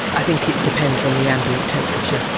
i think it depends on the ambient temperature.